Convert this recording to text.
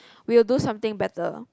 we'll do something better